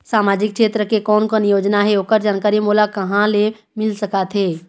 सामाजिक क्षेत्र के कोन कोन योजना हे ओकर जानकारी मोला कहा ले मिल सका थे?